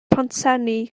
pontsenni